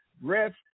breath